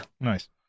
nice